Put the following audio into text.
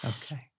Okay